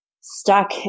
stuck